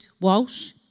Walsh